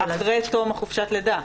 אחרי תום חופשת הלידה.